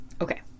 Okay